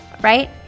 right